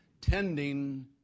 tending